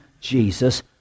Jesus